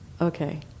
Okay